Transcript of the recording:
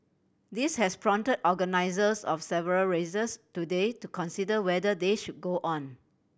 this has prompt organisers of several races today to consider whether they should go on